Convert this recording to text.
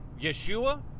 Yeshua